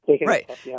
Right